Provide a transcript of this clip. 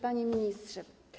Panie Ministrze!